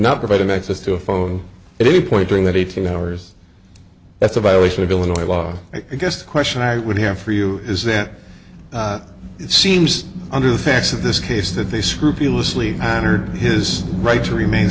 not provide an access to a phone at any point during that eighteen hours that's a violation of illinois law i guess the question i would have for you is that it seems under the facts of this case that they scrupulously honored his right to remain